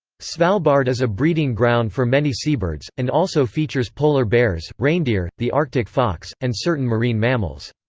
svalbard is a breeding ground for many seabirds, and also features polar bears, reindeer, the arctic fox, and certain marine mammals.